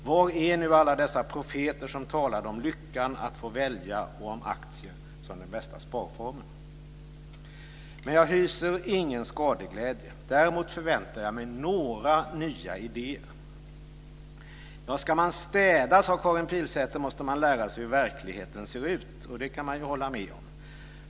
Var är nu alla dessa profeter som talade om lyckan att få välja och om aktier som den bästa sparformen? Men jag hyser ingen skadeglädje. Däremot förväntar jag mig några nya idéer. Ska man städa, sade Karin Pilsäter, så måste man lära sig hur verkligheten ser ut. Och det kan jag ju hålla med om.